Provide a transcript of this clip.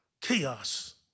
chaos